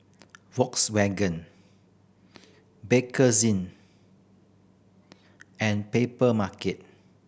Volkswagen Bakerzin and Papermarket